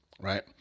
Right